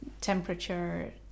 temperature